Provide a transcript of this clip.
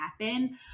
happen